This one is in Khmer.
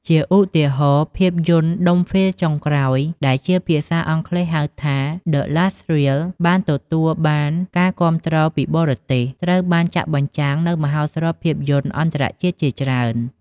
ជាឧទាហរណ៍ ភាពយន្ត "ដុំហ្វីលចុងក្រោយ" ដែលជាភាសាអង់គ្លេស ហៅថា ដឺ ឡាស់ រីល (The Last Reel) បានទទួលបានការគាំទ្រពីបរទេស ត្រូវបានចាក់បញ្ចាំងនៅមហោស្រពភាពយន្តអន្តរជាតិជាច្រើន។